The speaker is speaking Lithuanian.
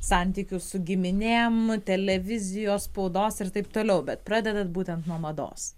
santykių su giminėm televizijos spaudos ir taip toliau bet pradedat būtent nuo mados